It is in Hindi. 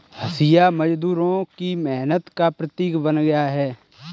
हँसिया मजदूरों की मेहनत का प्रतीक बन गया है